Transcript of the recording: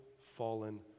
fallen